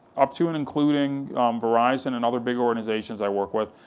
up to and including verizon and and other big organizations i work with,